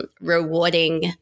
rewarding